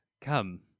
come